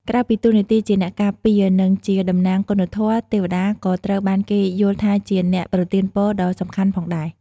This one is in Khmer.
ក្រៅពីតួនាទីជាអ្នកការពារ និងជាតំណាងគុណធម៌ ទេវតាក៏ត្រូវបានគេយល់ថាជា អ្នកប្រទានពរ ដ៏សំខាន់ផងដែរ។